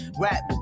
rap